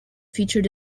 featured